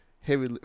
heavy